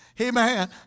Amen